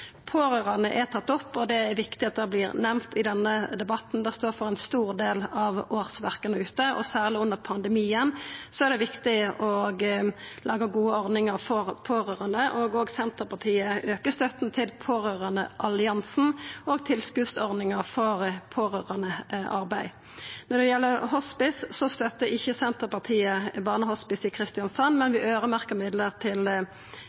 er tatt opp, og det er viktig at det vert nemnt i denne debatten. Det står for ein stor del av årsverka ute, og særleg under pandemien er det viktig å laga gode ordningar for pårørande. Òg Senterpartiet aukar støtta til Pårørendealliansen og tilskotsordningar for pårørandearbeid. Når det gjeld hospice, støttar ikkje Senterpartiet barnehospice i Kristiansand, men vi øyremerkjer midlar til